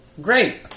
Great